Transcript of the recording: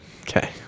Okay